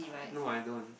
no I don't